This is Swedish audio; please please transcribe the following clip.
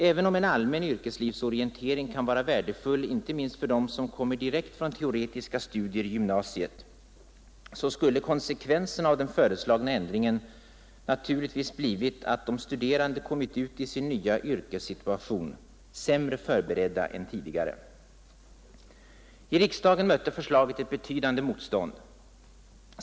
Även om en allmän yrkeslivsorientering kan vara värdefull, inte minst för dem som kommer direkt från teoretiska studier i gymnasiet, skulle konsekvenserna av den föreslagna förändringen naturligtvis ha blivit att de studerande kommit ut i sin nya yrkessituation sämre förberedda än tidigare. I riksdagen mötte förslaget ett betydande motstånd.